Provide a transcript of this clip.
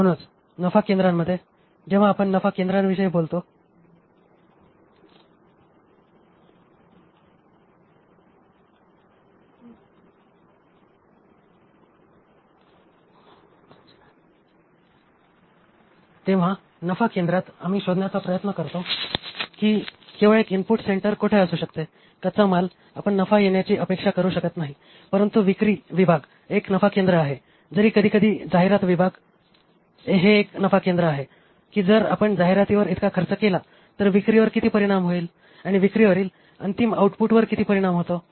म्हणून नफा केंद्रांमध्ये जेव्हा आपण नफा केंद्रांविषयी बोलतो तेव्हा नफा केंद्रात आम्ही शोधण्याचा प्रयत्न करतो की केवळ एक इनपुट सेंटर कोठे असू शकते कच्चा माल आपण नफा येण्याची अपेक्षा करू शकत नाही परंतु विक्री विभाग एक नफा केंद्र आहे जरी कधीकधी जाहिरात विभाग हे एक नफा केंद्र आहे की जर आपण जाहिरातीवर इतका खर्च केला तर विक्रीवर किती परिणाम होईल आणि विक्रीवरील अंतिम आउटपुटवर किती परिणाम होतो